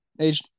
age